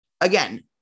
Again